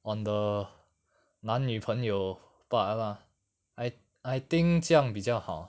on the 男女朋友 part lah I I think 这样比较好